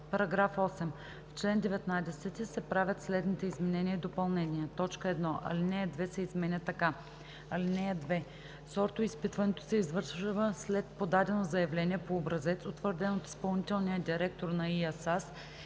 § 8: „§ 8. В чл. 19 се правят следните изменения и допълнения: 1. Алинея 2 се изменя така: „(2) Сортоизпитването се извършва след подадено заявление по образец, утвърден от изпълнителния директор на ИАСАС,